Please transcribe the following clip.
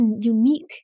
unique